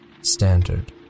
standard